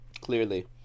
Clearly